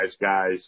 guys